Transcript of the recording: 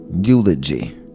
eulogy